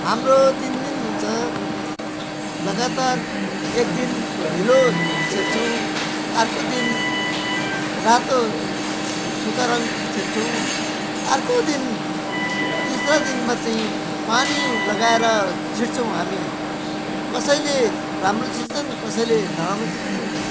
हाम्रो तिन दिन हुन्छ लगातार एकदिन हिलो छेप्छौँ अर्को दिन रातो सुक्खा रङ छेप्छौँ अर्को दिन तिसरा दिनमा चाहिँ पानी लगाएर छिट्छौँ हामी कसैले राम्रो छिट्छन् कसैले नराम्रो छिट्छन्